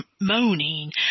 moaning